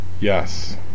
Yes